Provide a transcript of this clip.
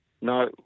no